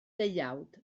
deuawd